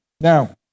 Now